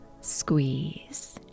Squeeze